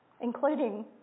including